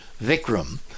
Vikram